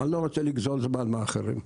אני לא רוצה לגזול זמן מאחרים.